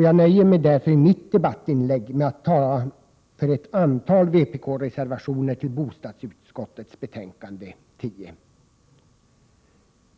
Jag nöjer mig därför i mitt debattinlägg med att tala för ett antal vpk-reservationer till